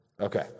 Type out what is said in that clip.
Okay